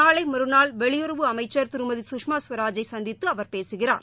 நாளைமறுநாள் வெளியுறவு அமைச்சர் திருமதி கஷ்மாகவராஜை சந்தித்துஅவர் பேககிறார்